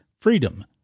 freedom